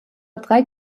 drei